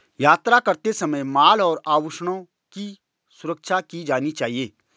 यात्रा करते समय माल और आभूषणों की सुरक्षा की जानी चाहिए